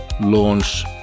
launch